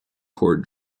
court